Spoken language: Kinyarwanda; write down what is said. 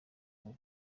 ngo